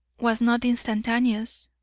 was not instantaneous?